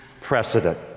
precedent